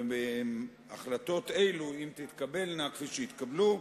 החלטות אלה, אם יתקבלו, כפי שהתקבלו,